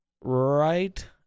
right